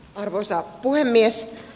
arvoisa puhemies